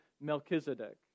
Melchizedek